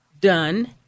done